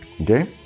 okay